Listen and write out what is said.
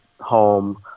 home